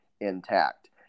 intact